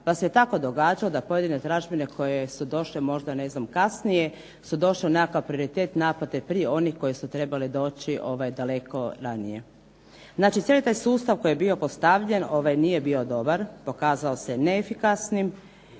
pa se tako događalo da pojedine tražbine koje su došle možda kasnije su došle u nekakav prioritet naplate prije onih koje su trebale doći daleko ranije. Znači cijeli taj sustav koji je bio postavljen nije bio dobar, pokazao se neefikasnim